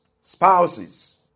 spouses